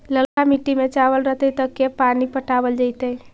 ललका मिट्टी में चावल रहतै त के बार पानी पटावल जेतै?